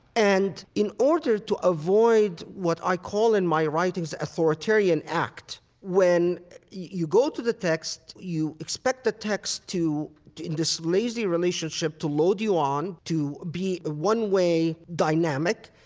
and in order to avoid what i call in my writings authoritarian act when you go to the text, you expect the text to, in this lazy relationship, to load you on, to be a one-way dynamic,